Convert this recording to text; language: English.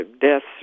deaths